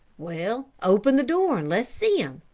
well, open the door and let's see him,